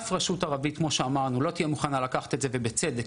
אף רשות ערבית לא תהיה מוכנה לקחת את זה ובצדק,